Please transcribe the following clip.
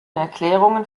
erklärungen